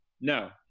No